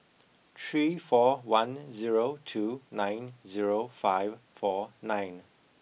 three four one zero two nine zero five four nine